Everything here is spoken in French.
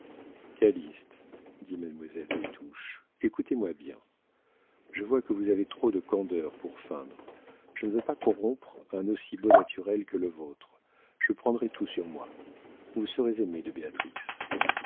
calyste dit mademoiselle des touches écoutez-moi bien je vois que vous avez trop de candeur pour feindre je ne veux pas corrompre un aussi beau naturel que le vôtre je prendrai tout sur moi vous serez aimé de